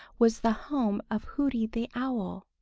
was the home of hooty the owl.